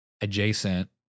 Adjacent